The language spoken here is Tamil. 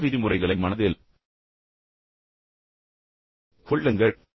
மேலும் சில விதிமுறைகளை மனதில் கொள்ளுங்கள்